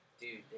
Dude